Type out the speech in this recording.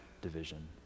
division